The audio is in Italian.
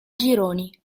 gironi